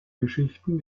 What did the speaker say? geschichten